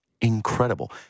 Incredible